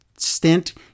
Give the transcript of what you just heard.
stint